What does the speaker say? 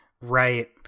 Right